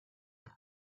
him